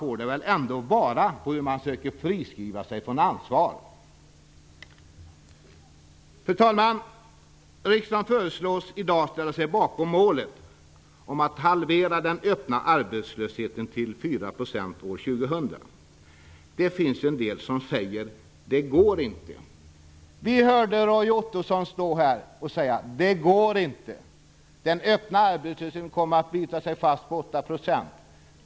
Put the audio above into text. Det får väl ändå vara någon måtta på hur man söker friskriva sig från ansvar? Fru talman! Riksdagen föreslås i dag ställa sig bakom målet om att halvera den öppna arbetslösheten till 4 % år 2000. Det finns en del som säger att det inte går. Vi hörde Roy Ottosson stå här och säga: Det går inte. Den öppna arbetslösheten kommer att bita sig fast på 8 %.